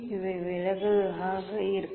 இவை விலகலாக இருக்கும்